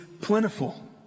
plentiful